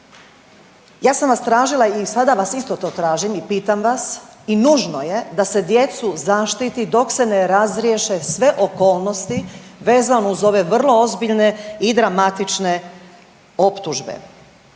Ja sam vas tražila i sada vas isto to tražim i pitam vas i nužno je da se djecu zaštiti dok se ne razriješe sve okolnosti vezano uz ove vrlo ozbiljne i dramatične optužbe,